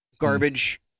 Garbage